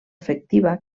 afectiva